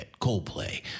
Coldplay